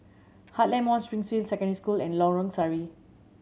Heartland Mall Springfield Secondary School and Lorong Sari